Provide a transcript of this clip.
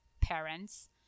parents